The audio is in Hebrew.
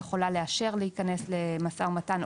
יכולה לאשר להיכנס למשא ומתן,